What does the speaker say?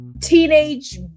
Teenage